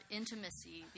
intimacy